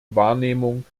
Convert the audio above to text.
wahrnehmung